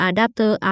Adapter